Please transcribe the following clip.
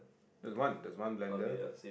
is one there's one blender